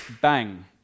Bang